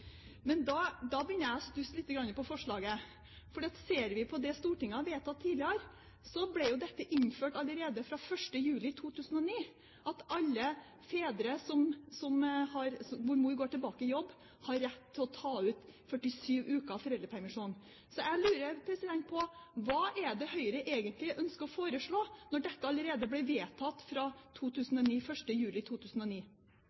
Men da begynner jeg å stusse litt over forslaget. For ser vi på det Stortinget har vedtatt tidligere, ble jo dette innført allerede fra 1. juli 2009 – alle fedre i familier der mor går tilbake til jobb, har rett til å ta ut 47 uker av foreldrepermisjonen. Så jeg lurer på hva det egentlig er Høyre ønsker å foreslå, når dette allerede ble vedtatt fra